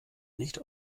nicht